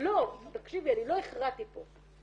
אני לא הכרעתי פה,